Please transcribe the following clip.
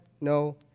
No